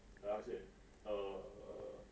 like how to say err err